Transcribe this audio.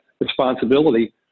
responsibility